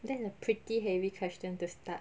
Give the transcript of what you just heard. that's a pretty heavy question to start